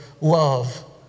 love